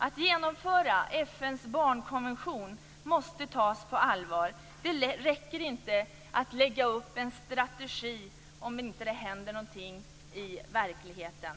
Att genomföra FN:s barnkonvention måste tas på allvar. Det räcker inte med att lägga upp en strategi om inget händer i verkligheten.